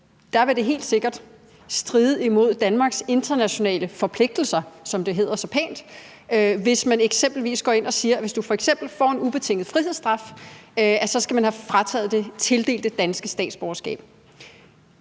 Der vil det helt sikkert stride imod Danmarks internationale forpligtelser, som det så pænt hedder, hvis man eksempelvis går ind og siger, at hvis du f.eks. får en ubetinget frihedsstraf, skal du have frataget det tildelte danske statsborgerskab.